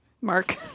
Mark